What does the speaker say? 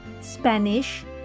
Spanish